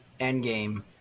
Endgame